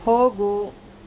ಹೋಗು